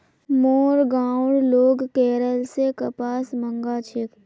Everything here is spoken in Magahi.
मोर गांउर लोग केरल स कपास मंगा छेक